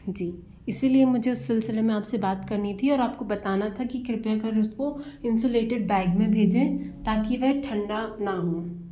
जी इसीलिए मुझे उस सिलसिले में आप से बात करनी थी और आप को बताना था कि कृपया कर उसको इंसुलेटेड बैग में भेजें ताकि वह ठंडा ना हो